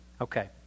Okay